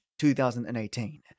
2018